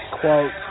quote